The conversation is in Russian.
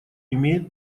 имеет